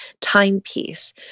timepiece